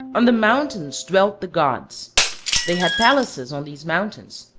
on the mountains dwelt the gods they had palaces on these mountains,